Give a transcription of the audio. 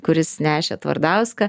kuris nešė tvardauską